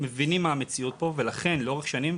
אנחנו מבינים מהי המציאות פה ולכן לאורך שנים,